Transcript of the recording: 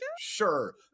sure